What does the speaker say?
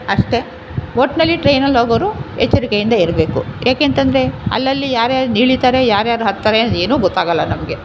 ಅಷ್ಟೇ ಒಟ್ಟಿನಲ್ಲಿ ಟ್ರೈನಲ್ಲಿ ಹೋಗೋರು ಎಚ್ಚರಿಕೆಯಿಂದ ಇರಬೇಕು ಏಕೆಂತಂದ್ರೆ ಅಲ್ಲಲ್ಲಿ ಯಾರ್ಯಾರು ಇಳೀತಾರೆ ಯಾರ್ಯಾರು ಹತ್ತಾರೆ ಅದು ಏನೂ ಗೊತ್ತಾಗಲ್ಲ ನಮಗೆ